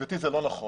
גברתי, זה לא נכון.